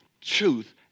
truth